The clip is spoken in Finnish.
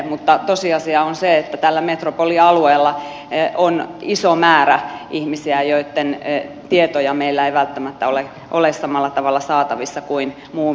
mutta tosiasia on se että tällä metropolialueella on iso määrä ihmisiä joitten tietoja meillä ei välttämättä ole samalla tavalla saatavissa kuin muun väestön osalta